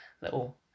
little